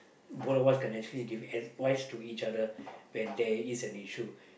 brothers can actually give advice to each other when there is an issue